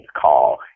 call